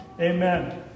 Amen